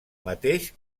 mateix